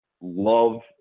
love